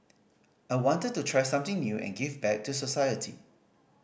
I wanted to try something new and give back to society